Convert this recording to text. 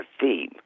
theme